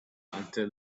until